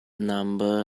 number